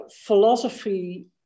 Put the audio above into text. philosophy